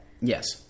Yes